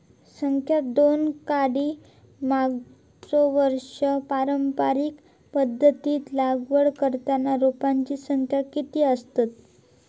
संख्या दोन काडी मागचो वर्षी पारंपरिक पध्दतीत लागवड करताना रोपांची संख्या किती आसतत?